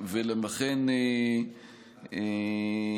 אגב,